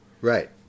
Right